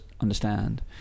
understand